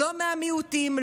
לא מהמיעוטים,